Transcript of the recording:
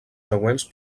següents